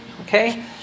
Okay